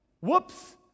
Whoops